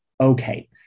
Okay